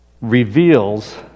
Reveals